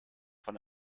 von